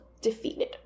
defeated